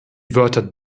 wörter